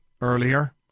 earlier